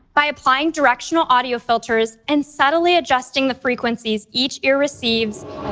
by applying directional audio filters and subtly adjusting the frequencies each ear receives.